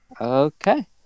Okay